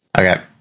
Okay